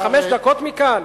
חמש דקות מכאן?